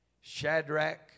Shadrach